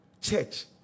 church